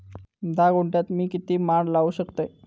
धा गुंठयात मी किती माड लावू शकतय?